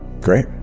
Great